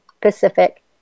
Pacific